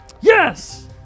yes